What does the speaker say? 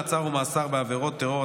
מעצר ומאסר בעבירות טרור),